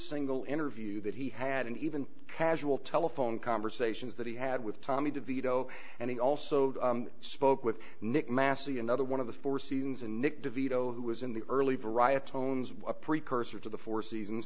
single interview that he had and even casual telephone conversations that he had with tommy de vito and he also spoke with nick massi another one of the four seasons and nick de vito who was in the early variety tones a precursor to the four seasons